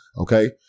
Okay